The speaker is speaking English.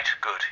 Good